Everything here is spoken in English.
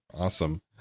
Awesome